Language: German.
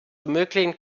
ermöglichen